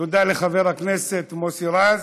לחבר הכנסת מוסי רז.